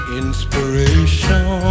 inspiration